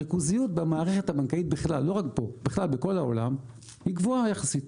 הריכוזיות במערכת הבנקאית בכלל בכל העולם היא גבוהה יחסית.